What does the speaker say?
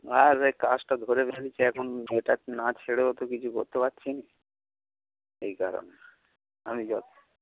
আর এ কাজটা ধরে ফেলেছি এখন এটা না ছেড়েও তো কিছু করতে পারছি না এই কারণে আমি যাচ্ছি